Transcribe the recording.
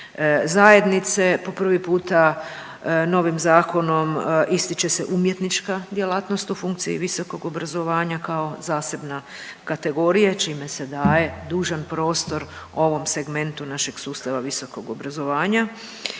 zajednice. Po prvi puta novim zakonom ističe se umjetnička djelatnost u funkciji visokog obrazovanja kao zasebna kategorija čime se daje dužan prostor ovom segmentu našeg sustava visokog obrazovanja.